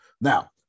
Now